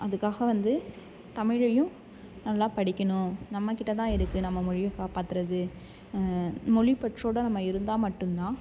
அதுக்காக வந்து தமிழையும் நல்லா படிக்கணும் நம்மக்கிட்டே தான் இருக்குது நம்ம மொழியை காப்பாத்துறது மொழிப்பற்றோட நம்ம இருந்தால் மட்டுந்தான்